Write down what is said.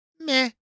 Meh